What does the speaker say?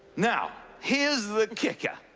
now, here's the kicker.